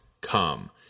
come